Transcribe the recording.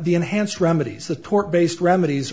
the enhanced remedies support based remedies are